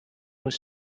was